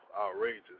outrageous